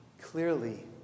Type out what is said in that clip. Clearly